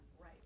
right